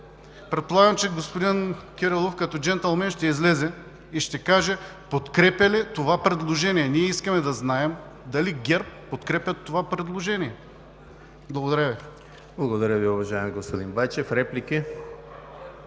Предполагам, че господин Кирилов като джентълмен ще излезе и ще каже подкрепя ли това предложение? Ние искаме да знаем дали ГЕРБ подкрепя това предложение? Благодаря Ви. ПРЕДСЕДАТЕЛ ЕМИЛ ХРИСТОВ: Благодаря Ви, уважаеми господин Байчев. Реплики?